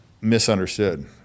misunderstood